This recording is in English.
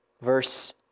Verse